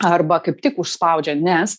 arba kaip tik užspaudžia nes